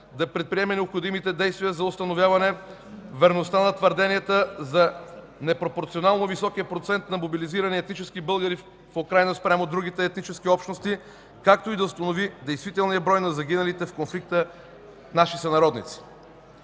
да предприеме необходимите действия за установяване верността на твърденията за непропорционално високия процент на мобилизирани етнически българи в Украйна спрямо другите етнически общности, както и да установи действителния брой на загиналите в конфликта наши сънародници.